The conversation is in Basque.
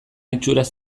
itxuraz